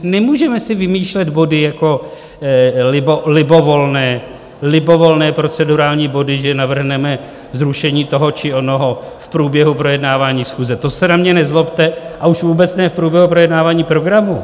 Nemůžeme si vymýšlet body jako libovolné procedurální body, že navrhneme zrušení toho či onoho v průběhu projednávání schůze, to se na mě nezlobte, a už vůbec ne v průběhu projednávání programu.